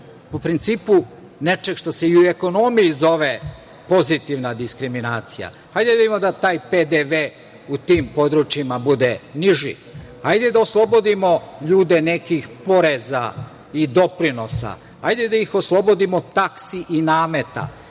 po principu nečeg što se i u ekonomiji zove pozitivna diskriminacija. Hajde da vidimo da taj PDV u tim područjima bude niži. Hajde da oslobodimo ljude nekih poreza i doprinosa. Hajde da ih oslobodimo taksi i nameta,